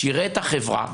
שיראה את החברה,